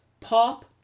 pop